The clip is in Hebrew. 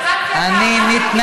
את שמת לב מה אמרת עכשיו?